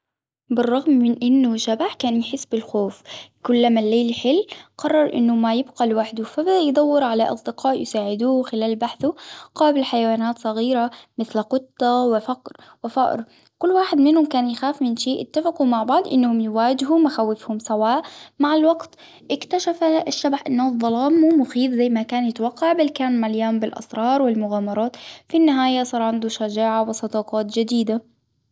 بالرغم من إنه شبح كان يحس بالخوف، كل ما الليل يحل قرر إنه ما يبقى لوحده.،فجأة يدور على أصدقاء يساعدوه خلال بحثه قابل حيوانات صغيرة مثل قطة وفقر وفأر. كل واحد منهم كان يخاف من شيء إتفقوا مع بعض إنهم يواجهوا مخاوفهم سواء مع الوقت إكتشف الشبح أن الظلام مو مخيف زي ما كان يتوقع بل كان مليان بالأسرار والمغامرات في النهاية صار عندة شجاعة وصداقات جديدة.